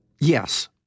Yes